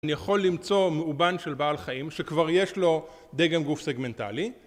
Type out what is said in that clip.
אני יכול למצוא מאובן של בעל חיים שכבר יש לו דגם גוף סגמנטלי